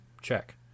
Check